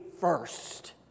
first